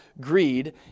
greed